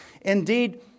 Indeed